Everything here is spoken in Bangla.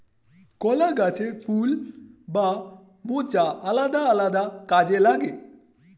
কলা গাছের ফুল বা মোচা আলাদা আলাদা কাজে লাগে